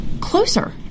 closer